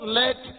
let